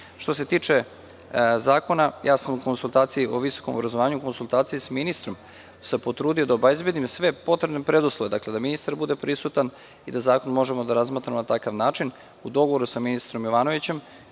se tiče Zakona o visokom obrazovanju, u konsultaciju sa ministrom sam se potrudio da obezbedim sve potrebne preduslove, dakle, da ministar bude prisutan i da zakon možemo da razmatramo na takav način. U dogovoru sa ministrom Jovanovićem